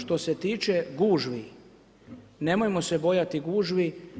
Što se tiče gužvi, nemojmo se bojati gužvi.